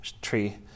tree